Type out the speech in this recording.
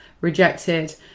rejected